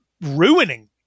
ruining